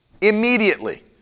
immediately